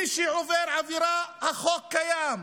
מי שעובר עבירה, החוק קיים,